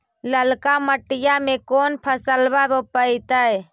ललका मटीया मे कोन फलबा रोपयतय?